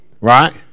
right